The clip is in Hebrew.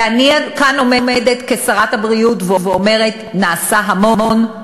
ואני כאן עומדת כשרת הבריאות ואומרת: נעשה המון,